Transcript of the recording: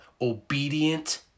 obedient